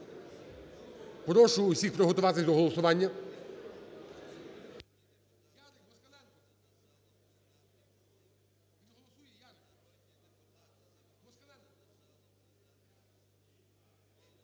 прошу всіх приготуватись до голосування.